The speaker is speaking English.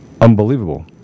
unbelievable